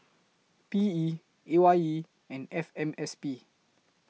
P E A Y E and F M S P